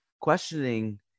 questioning